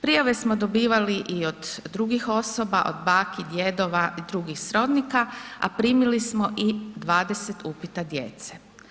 Prijave smo dobivali i od drugih osoba, od baki, djedova i drugih srodnika, a primili smo i 20 upita djece.